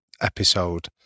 episode